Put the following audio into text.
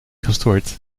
gestort